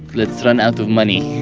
let's run out of money